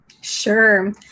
Sure